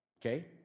okay